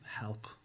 help